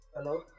Hello